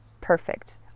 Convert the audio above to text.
Perfect